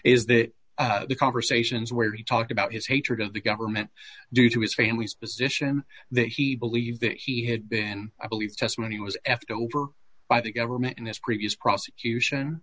is that the conversations where he talked about his hatred of the government due to his family's position that he believed that he had been i believe testimony was eft over by the government in this previous prosecution